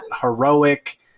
heroic